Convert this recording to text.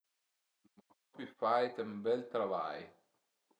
L'uma tüti fait ën bel travai